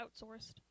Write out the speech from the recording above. outsourced